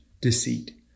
deceit